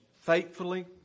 faithfully